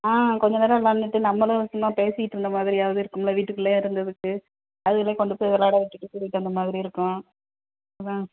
ஆ கொஞ்சம் நேரம் விளையாண்டுட்டு நம்மளும் சும்மா பேசிட்டு இருந்த மாதிரியாவது இருக்குமில்ல வீட்டுக்குள்ளேயே இருந்ததுக்கு அதுகளையும் கொண்டு போய் விளையாட விட்டுட்டு கூட்டிட்டு வந்த மாதிரி இருக்கும் அதான்